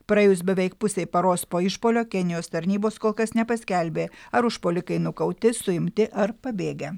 praėjus beveik pusei paros po išpuolio kenijos tarnybos kol kas nepaskelbė ar užpuolikai nukauti suimti ar pabėgę